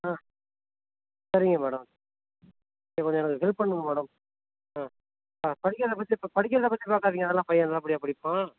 ஆ சரிங்க மேடம் சரி கொஞ்சம் எனக்கு ஹெல்ப் பண்ணுங்கள் மேடம் ஆ ஆ படிக்கிறத பற்றி படிக்கிறத பற்றி பார்க்காதீங்க அதெல்லாம் பையன் நல்லபடியாக படிப்பான்